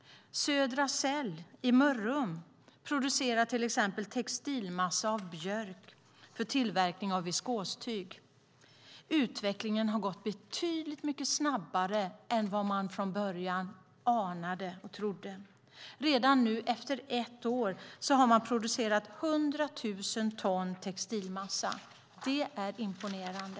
Södra Cell Mörrum producerar till exempel textilmassa av björk för tillverkning av viskostyg. Utvecklingen har gått betydligt snabbare än vad man från början anade och trodde. Redan nu, efter ett år, har man producerat 100 000 ton textilmassa. Det är imponerande.